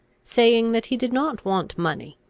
saying that he did not want money,